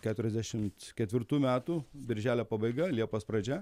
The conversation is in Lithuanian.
keturiasdešimt ketvirtų metų birželio pabaiga liepos pradžia